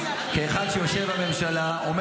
כאחד שיושב בממשלה -- הריבית.